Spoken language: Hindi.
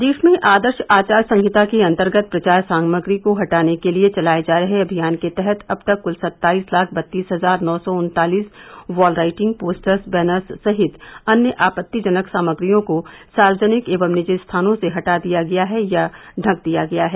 प्रदेश में आदर्श आचार संहिता के अन्तर्गत प्रचार सामग्री को हटाने के लिए चलाये जा रहे अभियान के तहत अब तक कुल सत्ताईस लाख बत्तीस हजार नौ सौ उन्तालिस वॉल राइटिंग पोस्टर्स बैनर्स सहित अन्य आपत्तिजनक सामग्रियों को सार्वजनिक एवं निजी स्थानों से हटा दिया गया है या ढक दिया गया है